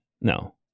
no